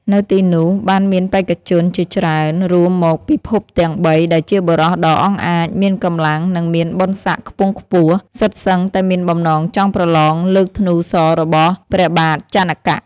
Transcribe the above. នៅទីនោះ បានមានបេក្ខជនជាច្រើនរូបមកពីភពទាំងបី ដែលជាបុរសដ៏អង់អាច មានកម្លាំង និងមានបុណ្យស័ក្កិខ្ពង់ខ្ពស់ សុទ្ធសឹងតែមានបំណងចង់ប្រឡងលើកធ្នូសររបស់ព្រះបាទជនក។